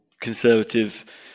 conservative